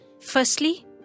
Firstly